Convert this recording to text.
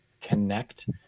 connect